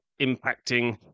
impacting